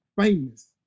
famous